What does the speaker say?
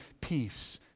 Peace